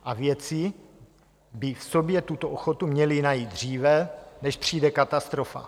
A vědci by v sobě tuto ochotu měli najít dříve, než přijde katastrofa.